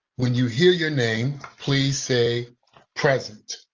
when you hear your name, please say present.